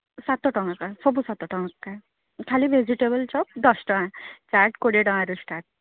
ସାତଟଙ୍କା ସବୁ ସାତଟଙ୍କା ଖାଲି ଭେଜିଟେବୁଲ୍ ଚପ୍ ଦଶଟଙ୍କା ଚାଟ୍ କୋଡ଼ିଏ ଟଙ୍କାରୁ ଷ୍ଟାର୍ଟ୍